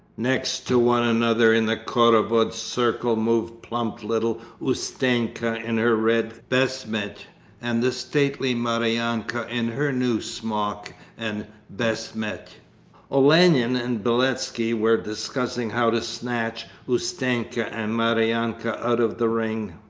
next to one another in the khorovod circle moved plump little ustenka in her red beshmet and the stately maryanka in her new smock and beshmet. olenin and beletski were discussing how to snatch ustenka and maryanka out of the ring.